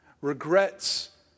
Regrets